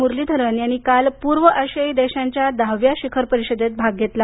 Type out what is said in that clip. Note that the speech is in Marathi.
मुरलीधरन यांनी काल पूर्व आशियाई देशांच्या दहाव्या शिखर परिषदेत भाग घेतला